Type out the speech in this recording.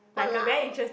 !walao!